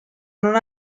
non